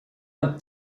and